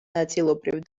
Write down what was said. ნაწილობრივ